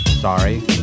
Sorry